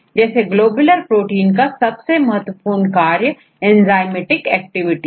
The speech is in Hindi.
जैसे ग्लोबुलर प्रोटीन का सबसे महत्वपूर्ण कार्य एंजाइमेटिक एक्टिविटी है